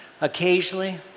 occasionally